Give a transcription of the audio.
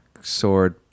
sword